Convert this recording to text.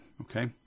okay